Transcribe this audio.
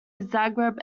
zagreb